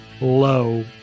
low